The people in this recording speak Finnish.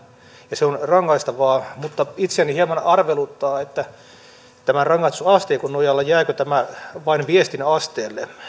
ja se on rangaistavaa mutta itseäni hieman arveluttaa jääkö tämän rangaistusasteikon nojalla tämä vain viestin asteelle